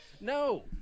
No